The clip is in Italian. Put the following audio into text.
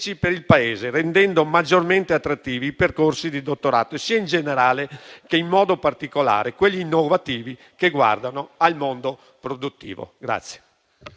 per il Paese, rendendo maggiormente attrattivi i percorsi di dottorato, sia in generale, sia in modo particolare quelli innovativi, che guardano al mondo produttivo.